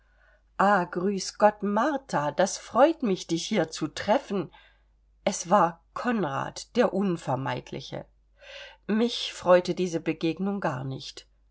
grüß gott martha das freut mich dich hier zu treffen es war konrad der unvermeidliche mich freute diese begegnung gar nicht